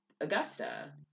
Augusta